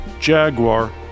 Jaguar